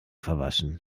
verwaschen